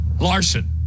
Larson